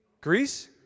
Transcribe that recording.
Greece